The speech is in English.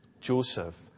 Joseph